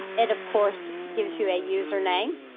it of course gives you a username.